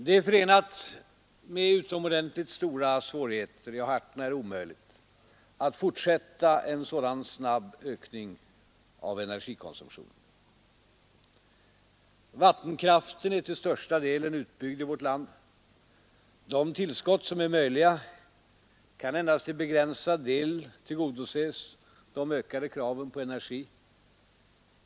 Det är förenat med utomordentligt stora svårigheter — ja, hart när omöjligt — att fortsätta en sådan snabb ökning av energikonsumtionen. Vattenkraften är till största delen utbyggd i vårt land. De tillskott som är möjliga kan endast till en begränsad del tillgodose de ökande kraven på energi.